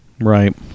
right